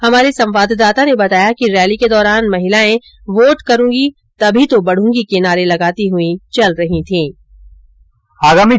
हमारे संवाददाता ने बताया कि रैली के दौरान महिलाएं वोट करूंगी तभी तो बढ़ूंगी के नारे लगाती हुई चल रही थी